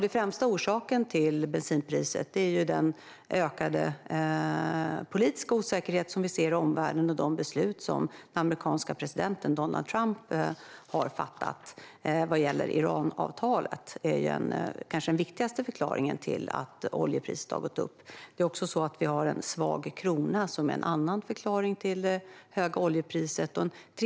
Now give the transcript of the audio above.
Den främsta orsaken till bensinpriset är den ökade politiska osäkerheten i omvärlden och de beslut som amerikanska presidenten Donald Trump har fattat när det gäller Iranavtalet. Det är kanske den viktigaste förklaringen till att oljepriset har gått upp. En annan förklaring till det höga oljepriset är den svaga kronan.